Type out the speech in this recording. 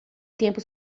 tempo